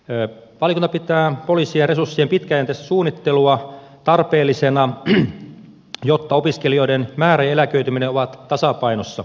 valiokunta pitää poliisin resurssien pitkäjänteistä suunnittelua tarpeellisena jotta opiskelijoiden määrä ja eläköityminen ovat tasapainossa